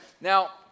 Now